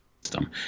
system